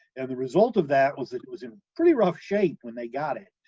and the result of that was it was in pretty rough shape when they got it,